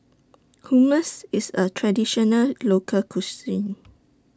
Hummus IS A Traditional Local Cuisine